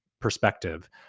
perspective